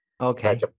Okay